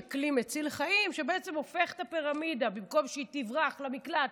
כלי מציל חיים שבעצם הופך את הפירמידה: במקום שהיא תברח למקלט,